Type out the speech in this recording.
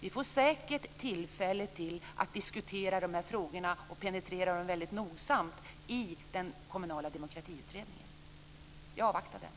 Vi får säkert tillfälle att diskutera de här frågorna och penetrera dem väldigt nogsamt i den kommunala demokratiutredningen. Vi avvaktar den.